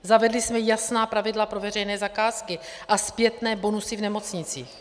Zavedli jsme jasná pravidla pro veřejné zakázky a zpětné bonusy v nemocnicích.